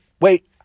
wait